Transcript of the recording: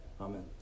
Amen